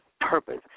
purpose